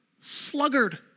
sluggard